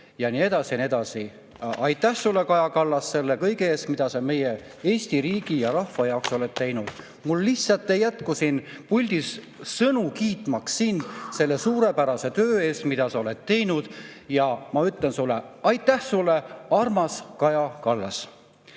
ja nii edasi ja nii edasi. Aitäh sulle, Kaja Kallas, selle kõige eest, mida sa meie Eesti riigi ja rahva jaoks oled teinud! Mul lihtsalt ei jätku siin puldis sõnu, kiitmaks sind selle suurepärase töö eest, mida sa oled teinud. Ja ma ütlen sulle: aitäh sulle, armas Kaja Kallas! Nüüd